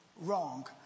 wrong